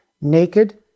Naked